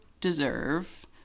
deserve